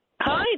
Hi